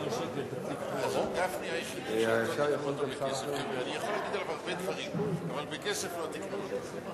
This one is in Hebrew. אי-אפשר לקבל ריכוז של חברי הכנסת,